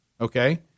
Okay